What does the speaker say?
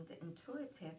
intuitive